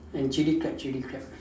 and chili crab chili crab